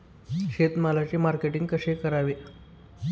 शेतमालाचे मार्केटिंग कसे करावे?